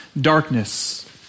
darkness